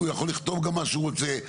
הוא יכול לכתוב מה שהוא רוצה,